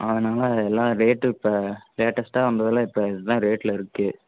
அதனால எல்லாம் ரேட்டு இப்போ லேட்டஸ்ட்டாக வந்ததெல்லாம் இப்போ இதுதான் ரேட்டில் இருக்குது